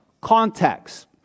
Context